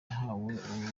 yahawe